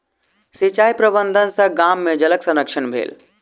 सिचाई प्रबंधन सॅ गाम में जलक संरक्षण भेल